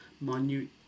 minute